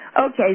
okay